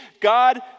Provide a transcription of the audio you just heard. God